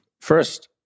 first